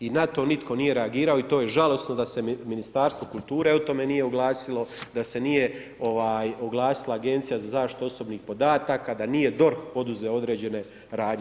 I na to nitko nije reagirao i to je žalosno da se Ministarstvo kulture o tome nije oglasio, da se nije oglasila Agencija za zaštitu osobnih podataka, da nije DORH poduzeo određene radnje.